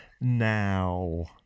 now